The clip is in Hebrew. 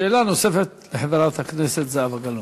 שאלה נוספת לחברת הכנסת זהבה גלאון.